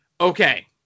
okay